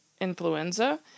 influenza